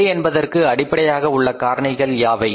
விலை என்பதற்கு அடிப்படையாக உள்ள காரணிகள் யாவை